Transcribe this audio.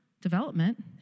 development